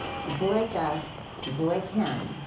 people like us, people like him,